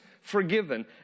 forgiven